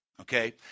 okay